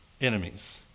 enemies